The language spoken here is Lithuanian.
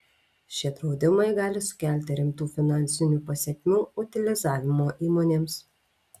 šie draudimai gali sukelti rimtų finansinių pasekmių utilizavimo įmonėms